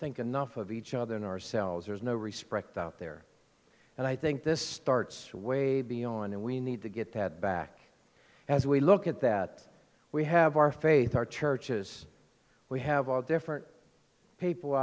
think enough of each other in ourselves there's no respect out there and i think this starts wave beyond and we need to get that back as we look at that we have our faith our churches we have all different people